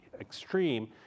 extreme